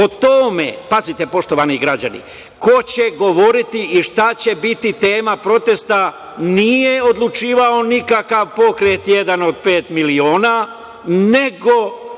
O tome - pazite poštovani građani - ko će govoriti i šta će biti tema protesta nije odlučivao nikakav pokret "Jedan od pet miliona", nego